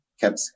kept